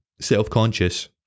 self-conscious